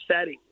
setting